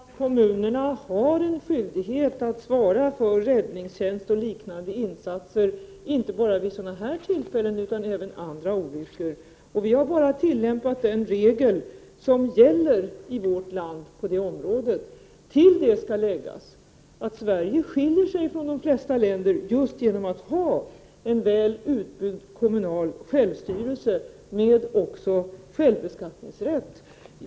Herr talman! Det är helt enkelt så att kommunerna har en skyldighet att svara för räddningstjänst och liknande insatser, inte bara vid sådana tillfällen som Tjernobylolyckan utan även vid andra olyckor. Vi har bara tillämpat den regel som gäller i vårt land på det området. Till det skall läggas att Sverige skiljer sig från de flesta andra länder just genom att ha en väl utbyggd kommunal självstyrelse, med självständig beskattningsrätt.